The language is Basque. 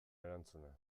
erantzuna